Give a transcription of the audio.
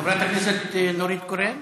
חברת הכנסת נורית קורן,